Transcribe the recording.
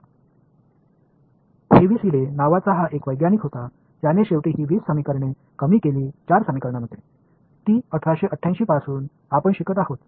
मग हेव्हिसिडे नावाचा हा वैज्ञानिक होता ज्याने शेवटी ही 20 समीकरणे कमी केली 4 समीकरणामध्ये ती 1888 पासून आपण शिकत आहोत